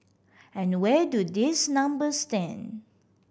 and where do these numbers stand